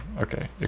okay